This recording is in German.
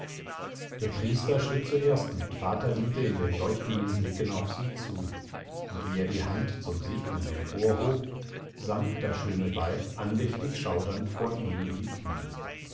der priester schritt zuerst mit vaterliebe in den leuchtenden blicken auf sie zu und wie er die hand zum segnen emporhob sank das schöne weib andächtig schauernd vor ihm in die knie